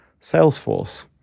Salesforce